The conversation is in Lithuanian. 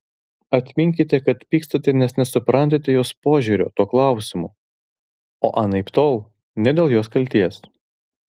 atminkite kad pykstate nes nesuprantate jos požiūrio tuo klausimu o anaiptol ne dėl jos kaltės